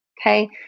okay